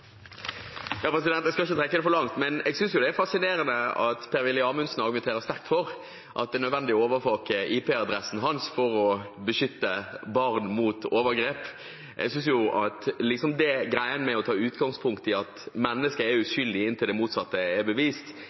Jeg skal ikke trekke det for langt, men jeg synes det er fascinerende at Per Willy Amundsen argumenterer sterkt for at det er nødvendig å overvåke IP-adressen hans for å beskytte barn mot overgrep. Jeg synes at greien med å ta utgangspunkt i at mennesker er uskyldige inntil det motsatte er bevist,